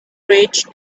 bridge